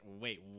wait